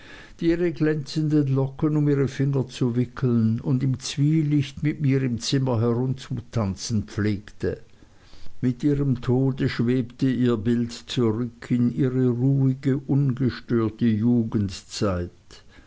die ihre glänzenden locken um ihre finger zu wickeln und im zwielicht mit mir im zimmer herumzutanzen pflegte mit ihrem tode schwebte ihr bild zurück in ihre ruhige ungestörte jugendzeit